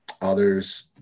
others